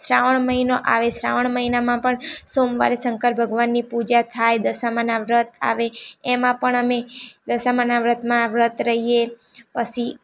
શ્રાવણ મહિનો આવે શ્રાવણ મહિનામાં પણ સોમવારે શંકર ભગવાનની પૂજા થાય દશામાનાં વ્રત આવે એમાં પણ અમે દશામાનાં વ્રતમાં વ્રત રહીએ પછી